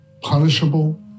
punishable